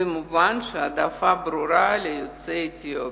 ומובן שיש העדפה ברורה ליוצאי אתיופיה.